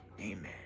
Amen